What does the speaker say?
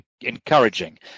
encouraging